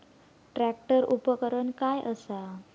Tractor उपकरण काय असा?